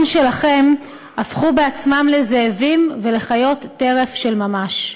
שלכם הפכו בעצמם לזאבים ולחיות טרף של ממש.